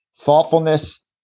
thoughtfulness